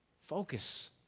Focus